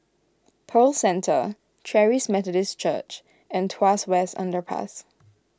Pearl Centre Charis Methodist Church and Tuas West Underpass